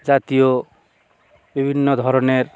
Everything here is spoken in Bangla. জাতীয় বিভিন্ন ধরনের